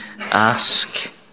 ask